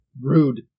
Rude